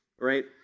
Right